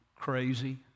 Crazy